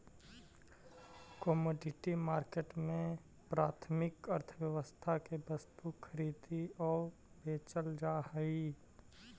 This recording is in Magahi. कमोडिटी मार्केट में प्राथमिक अर्थव्यवस्था के वस्तु खरीदी आऊ बेचल जा हइ